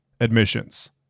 admissions